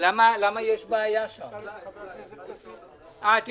לא שמעתי שום הערה לגבי הדמוקרטית.